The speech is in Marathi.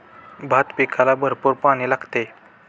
भात पिकाला भरपूर पाणी लागते